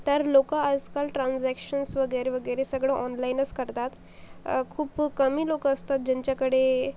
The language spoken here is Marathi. तर लोकं आजकाल ट्रांझॅक्शन्स वगैरे वगैरे सगळं ऑनलाईनच करतात खूप कमी लोकं असतात ज्यांच्याकडे